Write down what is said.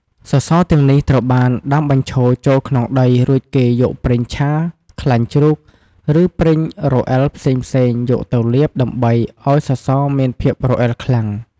សសរទាំងនេះត្រូវបានដាំបញ្ឈរចូលក្នុងដី រួចគេយកប្រេងឆា ខ្លាញ់ជ្រូក ឬប្រេងរអិលផ្សេងៗយកទៅលាបដើម្បីឲ្យសសរមានភាពរអិលខ្លាំង។